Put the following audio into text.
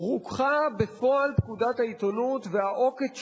רוככה בפועל פקודת העיתונות, והעוקץ שלה,